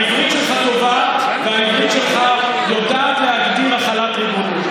העברית שלך טובה והעברית שלך יודעת להגדיר החלת ריבונות.